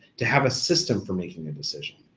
to have a system for making a decision.